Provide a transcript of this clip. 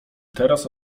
teraz